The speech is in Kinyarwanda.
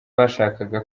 bashakaga